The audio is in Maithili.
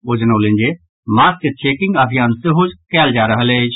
ओ जनौलनि जे मास्क चेकिंग अभियान सेहो कयल जा रहल अछि